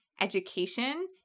education